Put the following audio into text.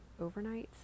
overnights